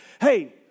Hey